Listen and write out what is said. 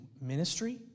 ministry